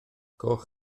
coch